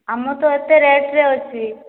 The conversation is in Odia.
ଆମର ତ ଏତେ ରେଟରେ ଅଛି